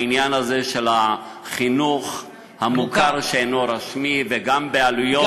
העניין הזה של החינוך המוכר שאינו רשמי וגם בעלויות,